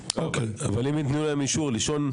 אבל אם ייתנו להם אישור לישון,